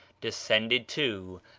descended too,